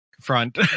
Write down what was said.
front